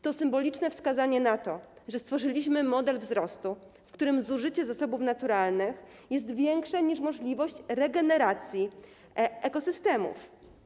To symboliczne wskazanie na to, że stworzyliśmy model wzrostu, w którym zużycie zasobów naturalnych jest większe niż możliwość regeneracji ekosystemów.